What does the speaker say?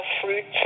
fruits